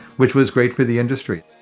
which was great for the industry